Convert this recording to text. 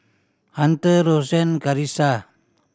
Hunter Rosann Karissa